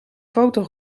foto